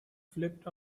flipped